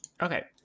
Okay